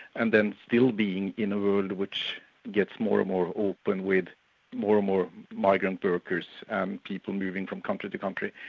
and then still be in a world which gets more and more open with more and more migrant workers and people moving from country to country.